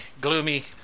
gloomy